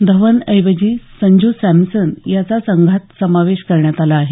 धवन ऐवजी संजू सॅमसन याचा संघात समावेश करण्यात आला आहे